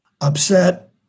upset